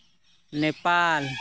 Nepal